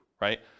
right